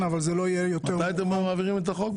מתי אתם מעבירים את החוק?